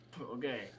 Okay